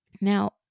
Now